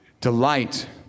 delight